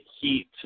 heat